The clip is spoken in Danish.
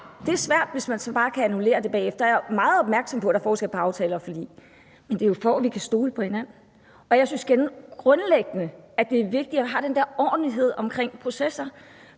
Det er svært, hvis man så bare kan annullere det bagefter, og jeg er meget opmærksom på, at der er forskel på aftaler og forlig, men det er jo, for at vi kan stole på hinanden. Jeg synes grundlæggende, at det er vigtigt, at vi har den der ordentlighed omkring processer.